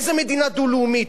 איזה מדינה דו-לאומית?